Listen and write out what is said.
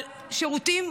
על שירותים